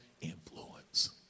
influence